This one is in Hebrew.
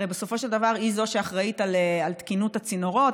הרי בסופו של דבר היא שאחראית לתקינות הצינורות,